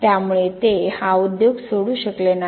त्यामुळे ते हा उद्योग सोडू शकले नाही